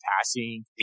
passing